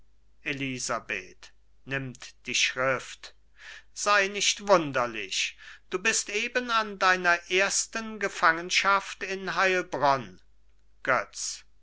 schrift sei nicht wunderlich du bist eben an deiner ersten gefangenschaft in heilbronn götz